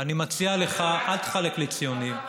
אני מציע לך, אל תחלק לי ציונים.